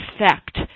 effect